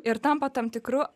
ir tampa tam tikru